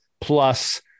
plus